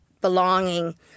belonging